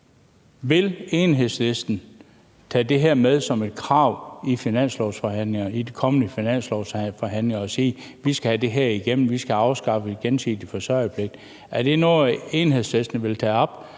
Vil Enhedslisten tage det her med som et krav ved de kommende finanslovsforhandlinger og sige: Vi skal have det her igennem, vi skal have afskaffet den gensidige forsørgerpligt? Er det noget, Enhedslisten vil tage med